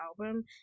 album